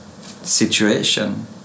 situation